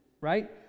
right